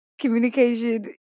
communication